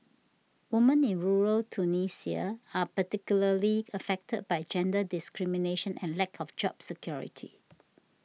women in rural Tunisia are particularly affected by gender discrimination and lack of job security